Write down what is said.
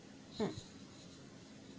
mm